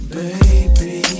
baby